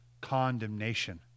condemnation